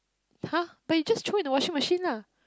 [huh] but you just throw in the washing machine lah